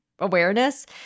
awareness